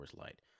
Light